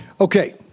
Okay